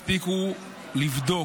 אני מבין שפשוט לא הספיקו לבדוק.